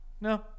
No